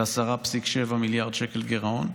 ל-10.7 מיליארד שקל גירעון,